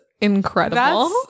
incredible